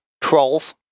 trolls